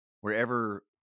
wherever